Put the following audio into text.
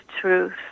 truth